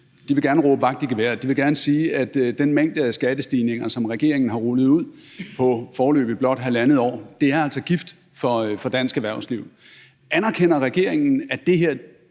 at de gerne vil råbe vagt i gevær. De vil gerne sige, at den mængde af skattestigninger, som regeringen har rullet ud på foreløbig blot halvandet år, altså er gift for dansk erhvervsliv. Anerkender regeringen, at man